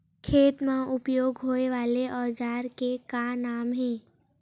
खेत मा उपयोग होए वाले औजार के का नाम हे?